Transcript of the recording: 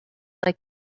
like